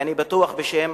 ואני בטוח שבשם